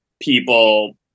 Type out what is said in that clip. people